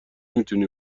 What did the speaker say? میتونی